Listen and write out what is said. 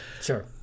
Sure